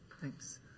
Thanks